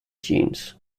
genes